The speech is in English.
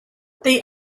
they